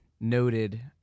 noted